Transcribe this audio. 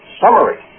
summary